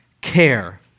care